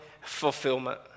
fulfillment